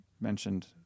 mentioned